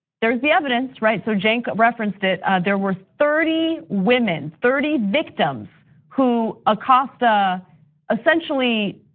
there's the evidence right, so cenk referenced it. there were thirty women, thirty victims who acosta essentially,